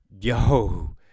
yo